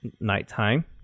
nighttime